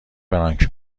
فرانک